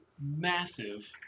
massive